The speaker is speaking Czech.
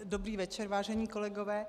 Dobrý večer, vážení kolegové.